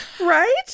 Right